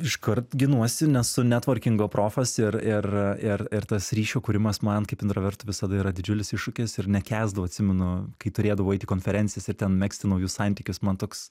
iškart ginuosi nesu netvarkingo profas ir ir ir ir tas ryšio kūrimas man kaip intravertui visada yra didžiulis iššūkis ir nekęsdavau atsimenu kai turėdavau eit į konferencijas ir ten megzti naujus santykius man toks